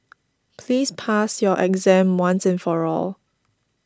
please pass your exam once and for all